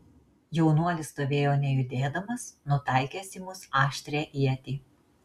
jaunuolis stovėjo nejudėdamas nutaikęs į mus aštrią ietį